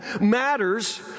matters